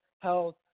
health